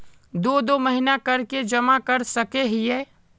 दो दो महीना कर के जमा कर सके हिये?